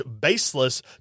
baseless